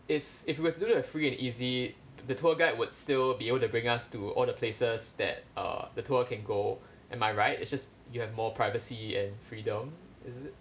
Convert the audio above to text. if if we have to do the free and easy the tour guide would still be able to bring us to all the places that uh the tour can go am I right it's just you have more privacy and freedom is it